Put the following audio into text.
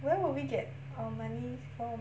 where will we get our money from